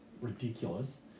ridiculous